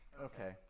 Okay